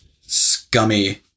scummy